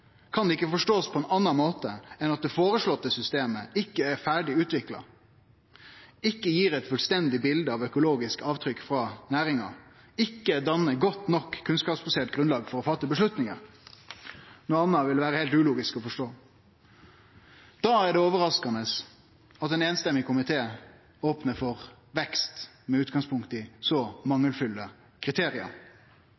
kan det ikkje bli forstått på nokon annan måte enn at det føreslåtte systemet ikkje er ferdig utvikla, ikkje gjev eit fullstendig bilde av økologisk avtrykk frå næringa, ikkje dannar godt nok kunnskapsbasert grunnlag for å gjere vedtak. Å forstå noko anna vil vere heilt ulogisk. Det er overraskande at ein samrøystes komité opnar for vekst med utgangspunkt i så